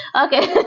okay. but